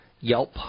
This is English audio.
Yelp